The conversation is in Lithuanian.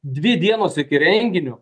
dvi dienos iki renginio